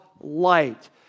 light